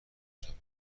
شویم